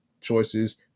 choices